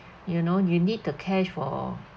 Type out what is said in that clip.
you know you need the cash for